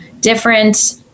different